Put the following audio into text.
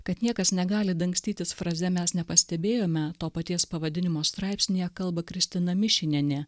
kad niekas negali dangstytis fraze mes nepastebėjome to paties pavadinimo straipsnyje kalba kristina mišinienė